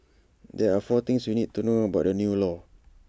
there are four things you need to know about the new law